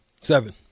Seven